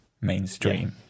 mainstream